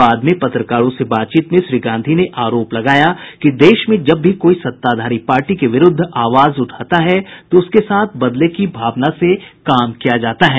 बाद में पत्रकारों से बातचीत में श्री गांधी ने आरोप लगाया कि देश में जब भी कोई सत्ताधारी पार्टी के विरूद्ध आवाज उठाता है तो उसके साथ बदले की भावना से काम किया जाता है